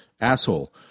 asshole